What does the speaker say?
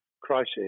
crisis